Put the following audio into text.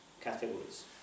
categories